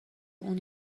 اون